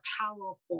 powerful